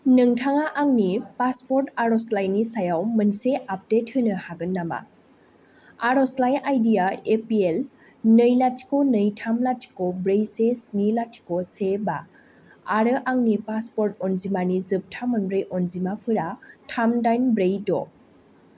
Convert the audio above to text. नोंथाङा आंनि पासपर्ट आर'जलाइनि सायाव मोनसे आपडेट होनो हागोन नामा आर'जलाइ आइडि या एपिएल नै लाथिख' नै थाम लाथिख' ब्रै से स्नि लाथिख' से बा आरो आंनि पासपर्ट अनजिमानि जोबथा मोनब्रै अनजिमाफोरा थाम दाइन ब्रै द'